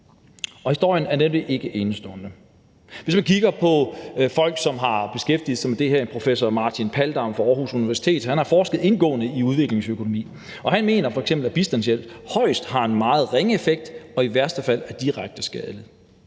historien er netop ikke enestående. Der er folk, som har beskæftiget sig med det her. Professor Martin Paldam fra Aarhus Universitet har forsket indgående i udviklingsøkonomi, og han mener f.eks., at bistandshjælp højst har en meget ringe effekt og i værste fald er direkte skadelig.